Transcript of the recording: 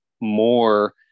more